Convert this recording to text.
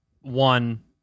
one